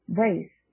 race